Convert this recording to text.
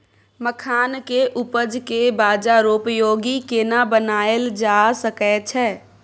मखान के उपज के बाजारोपयोगी केना बनायल जा सकै छै?